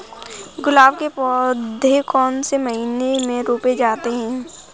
गुलाब के पौधे कौन से महीने में रोपे जाते हैं?